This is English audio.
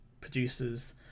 producers